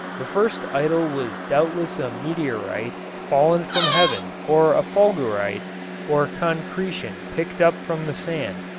the first idol was doubtless a meteorite fallen from heaven or a fulgurite or concretion picked up from the sand,